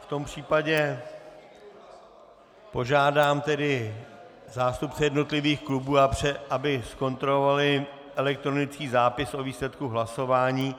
V tom případě požádám zástupce jednotlivých klubů, aby zkontrolovali elektronický zápis o výsledku hlasování.